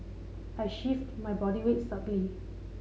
I shift my body weight subtly